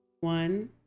One